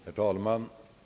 Herr talman!